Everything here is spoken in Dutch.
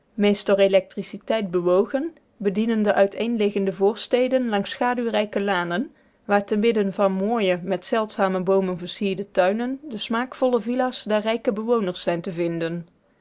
electriciteit bewogen bedienen de uiteenliggende voorsteden langs schaduwrijke lanen waar te midden van mooie met zeldzame boomen versierde tuinen de smaakvolle villa's der rijke bewoners zijn te vinden